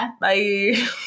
Bye